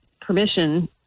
permission